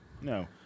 No